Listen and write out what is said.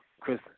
chris